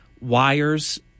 wires